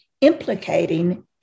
implicating